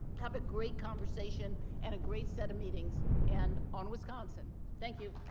have a great conversation and a great set of meetings and on wisconsin. thank you.